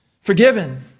forgiven